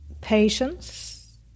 patience